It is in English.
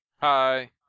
Hi